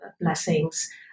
blessings